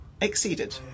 exceeded